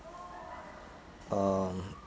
um